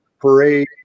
parade